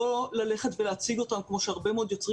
לא ללכת ולהציג אותם כמו שהרבה מאוד יוצרים